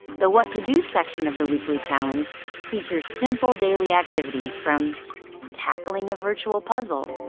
the what to do section of the weekly challenges features simple daily activities from tackling a virtual puzzle